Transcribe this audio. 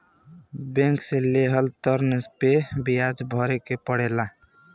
bank से लेहल ऋण पे बियाज भरे के पड़ेला